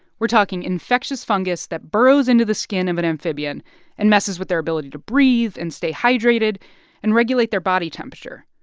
we're talking infectious fungus that burrows into the skin of an amphibian and messes with their ability to breathe and stay hydrated and regulate their body temperature.